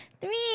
three